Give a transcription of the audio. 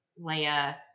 Leia